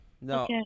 No